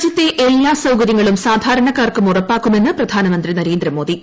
രാജ്യത്തെ എല്ലാ സൌകര്യങ്ങളും സാധാരണക്കാർക്കും ഉറപ്പാക്കുമെന്ന് പ്രധാനമന്ത്രി നരേന്ദ്രമോദി